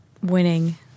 Winning